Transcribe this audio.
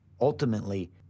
ultimately